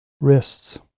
wrists